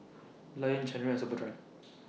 Lion Chanira Superdry